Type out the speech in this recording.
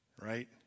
Right